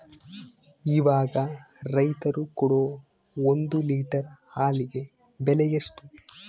ಇವಾಗ ರೈತರು ಕೊಡೊ ಒಂದು ಲೇಟರ್ ಹಾಲಿಗೆ ಬೆಲೆ ಎಷ್ಟು?